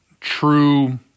true